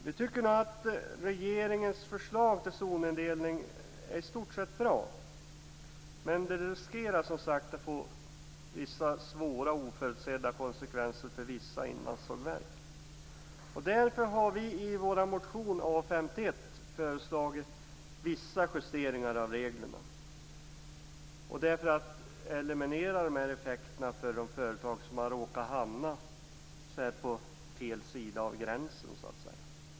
Vi tycker att regeringens förslag till zonindelning är i stort sett bra, men det riskerar att få svåra oförutsedda konsekvenser för vissa inlandssågverk. Därför har vi i motion A51 föreslagit vissa justeringar av reglerna - detta för att eliminera de här effekterna för de företag som har råkat hamna på fel sida av gränsen.